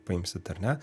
paimsit ar ne